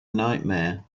nightmare